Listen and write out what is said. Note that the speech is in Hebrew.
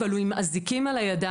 אבל הוא עם אזיקים על הידיים,